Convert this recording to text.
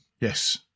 yes